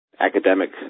Academic